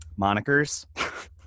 monikers